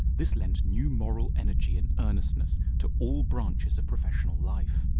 this lent new moral energy and earnestness to all branches of professional life.